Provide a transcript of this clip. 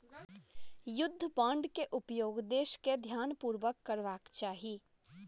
युद्ध बांड के उपयोग देस के ध्यानपूर्वक करबाक चाही